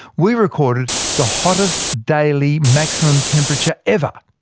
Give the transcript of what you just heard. we recorded the hottest daily maximum temperature ever.